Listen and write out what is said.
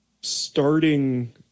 starting